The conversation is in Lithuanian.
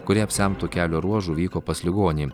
kurie apsemtu kelio ruožu vyko pas ligonį